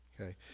Okay